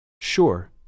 Sure